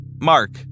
Mark